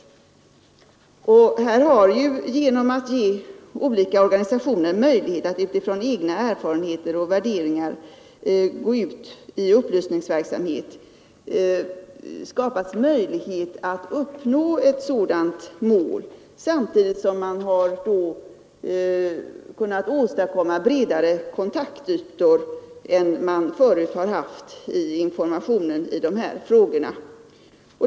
I denna upplysningsverksamhet har man nu kunnat åstadkomma bredare kontaktytor än tidigare i informationen i dessa frågor.